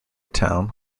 town